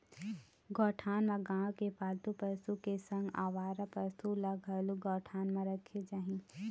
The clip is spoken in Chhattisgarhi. गौठान म गाँव के पालतू पशु के संग अवारा पसु ल घलोक गौठान म राखे जाही